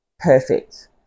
perfect